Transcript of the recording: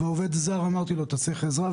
אז שאלתי את העובד הזר אם הוא צריך עזרה,